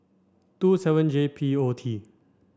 two seven J P O T